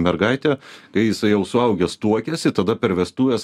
mergaitė kai jisai jau suaugęs tuokiasi tada per vestuves